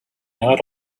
not